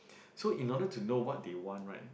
so in order to know what they want right